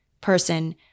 person